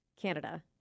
Canada